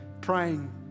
praying